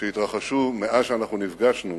שהתרחשו מאז שנפגשנו